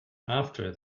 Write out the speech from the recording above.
after